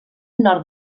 nord